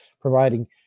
providing